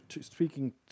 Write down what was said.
speaking